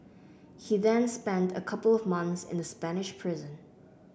he then spent a couple of months in a Spanish prison